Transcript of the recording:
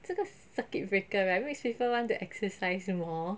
这个 circuit breaker makes people want to exercise more